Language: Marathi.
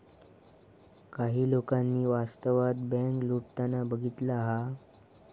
काही लोकांनी वास्तवात बँक लुटताना बघितला हा